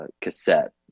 cassette